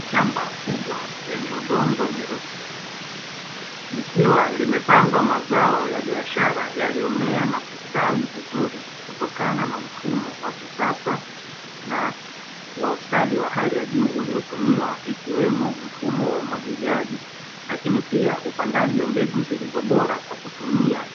Shamba kubwa lenye udongo wenye rutuba likiwa limepandwa mazao ya biashara yaliyomea na kustawi vizuri kutokana na mfumo wa kisasa na ustadi wa hali ya juu uliotumiwa, ikiwemo mfumo wa umwagiliaji, lakini pia upandaji wa mbegu zilizo bora kutumia